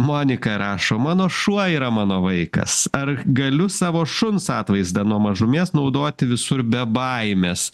monika rašo mano šuo yra mano vaikas ar galiu savo šuns atvaizdą nuo mažumės naudoti visur be baimės